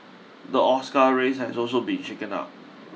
the Oscar race has also been shaken up